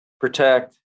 protect